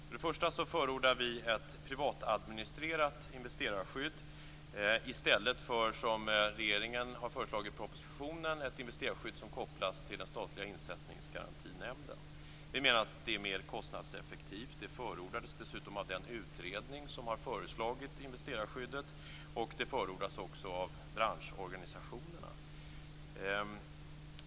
För det första förordar vi ett privatadministrerat investerarskydd i stället för, som regeringen föreslår i propositionen, ett investerarskydd som kopplas till statliga Insättningsgarantinämnden. Vi menar att det är mera kostnadseffektivt. Detta förordades dessutom av den utredning som har föreslagit investerarskyddet. Det förordas också av branschorganisationerna.